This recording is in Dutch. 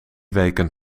weken